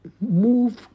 move